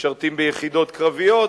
משרתים ביחידות קרביות,